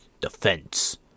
defense